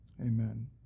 Amen